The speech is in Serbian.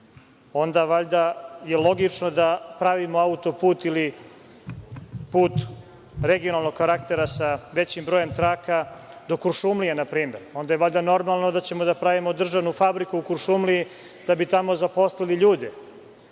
onda je valjda logično da pravimo auto put ili put regionalnog karaktera sa većim brojem traka do Kuršumlije, na primer. Onda je valjda normalno da ćemo da pravimo državnu fabriku u Kuršumliji da bi tamo zaposlili ljude,